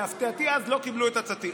להפתעתי אז לא קיבלו אז את הצעתי,